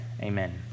amen